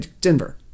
Denver